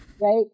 Right